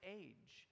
age